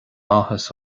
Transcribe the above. áthas